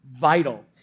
vital